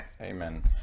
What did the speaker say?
amen